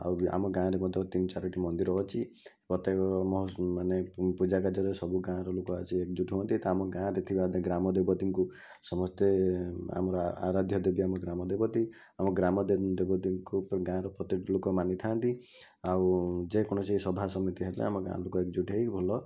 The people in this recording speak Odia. ଆହୁରି ଆମ ଗାଁ'ରେ ମଧ୍ୟ ତିନ ଚାରୋଟି ମନ୍ଦିର ଅଛି ପ୍ରତ୍ୟେକ ମାନେ ପୂଜା କାର୍ଯ୍ୟରେ ସବୁ ଗାଁ'ର ଲୋକ ଆସି ଏକଜୁଟ୍ ତ ଆମ ଗାଁ'ରେ ଥିବା ଗ୍ରାମ ଦେବତୀଙ୍କୁ ସମସ୍ତେ ଆରାଧ୍ୟା ଦେବୀ ଆମର ଗ୍ରାମ ଦେବତୀ ଆମ ଗ୍ରାମ ଦେବତୀଙ୍କୁ ଗାଁ'ର ପ୍ରତ୍ୟେକଟି ଲୋକ ମାନିଥାନ୍ତି ଆଉ ଯେକୌଣସି ସଭା ସମିତି ହେଲେ ଆମ ଗାଁ'ର ଲୋକ ଏକଜୁଟ୍ ହେଇ ଭଲ